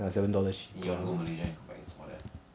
balmond you cancel out meh